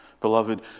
Beloved